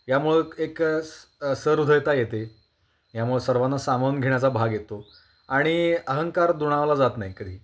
यामुळं एक स सह्रदयता येते यामुळं सर्वांना सामावून घेण्याचा भाग येतो आणि अहंकार दुणावला जात नाही कधी